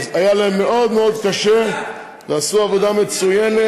שהיה להם מאוד מאוד קשה ועשו עבודה מצוינת,